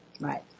Right